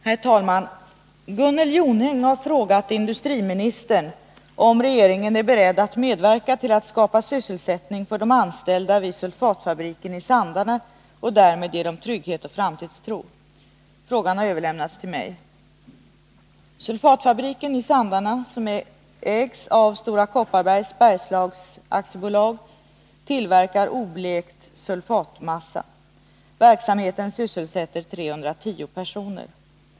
Herr talman! Gunnel Jonäng har frågat industriministern om regeringen är beredd att medverka till att skapa sysselsättning för de anställda vid sulfatfabriken i Sandarne och därmed ge dem trygghet och framtidstro. Frågan har överlämnats till mig.